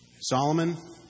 Solomon